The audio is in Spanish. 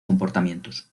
comportamientos